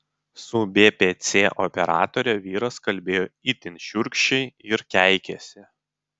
su bpc operatore vyras kalbėjo itin šiurkščiai ir keikėsi